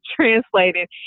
translated